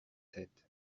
sept